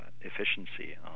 efficiency